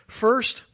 First